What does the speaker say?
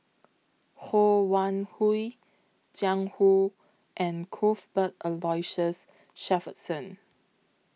Ho Wan Hui Jiang Hu and Cuthbert Aloysius Shepherdson